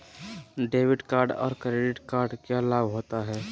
Debit card और credit card क्या लाभ होता है?